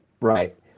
Right